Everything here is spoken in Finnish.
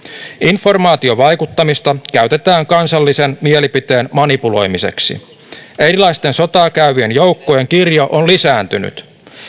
lnformaatiovaikuttamista käytetään kansallisen mielipiteen manipuloimiseksi erilaisten sotaa käyvien joukkojen kirjo on lisääntynyt